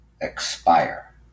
expire